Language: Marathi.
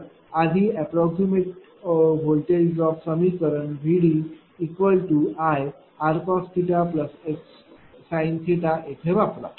तर आधी अप्राक्समैट व्होल्टेज ड्रॉप समीकरण VDIr cos x sin येथे वापरा